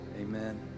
Amen